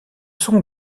sont